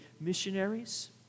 missionaries